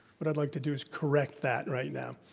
what i'd like to do is correct that right now.